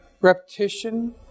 repetition